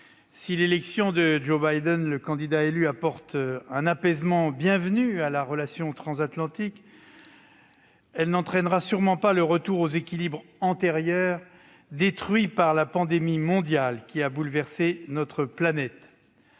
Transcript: Si l'élection de Joe Biden apporte un apaisement bienvenu à la relation transatlantique, elle n'entraînera sûrement pas le retour aux équilibres antérieurs, détruits par la pandémie mondiale qui a bouleversé notre planète.